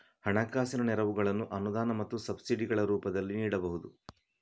ಹಣಕಾಸಿನ ನೆರವುಗಳನ್ನು ಅನುದಾನ ಮತ್ತು ಸಬ್ಸಿಡಿಗಳ ರೂಪದಲ್ಲಿ ನೀಡಬಹುದು